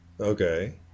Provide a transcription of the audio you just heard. Okay